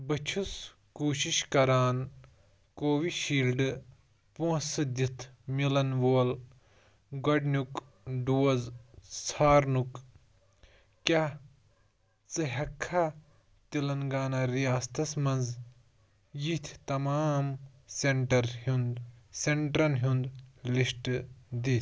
بہٕ چھُس کوٗشِش کران کووِشیٖلڈٕ پونٛسہٕ دِتھ مِلَن وول گۄڈنیُک ڈوز ژھارنُک کیٛاہ ژٕ ہٮ۪ککھا تِلنٛگانہ رِیاستس مَنٛز یِتھۍ تمام سینٹر ہُنٛد سینٹرن ہُنٛد لِسٹ دِ